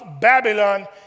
Babylon